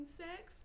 sex